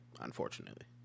unfortunately